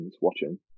watching